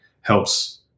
helps